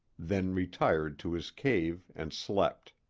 then retired to his cave and slept.